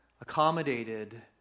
accommodated